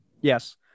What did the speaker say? yes